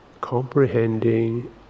comprehending